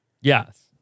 Yes